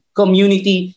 community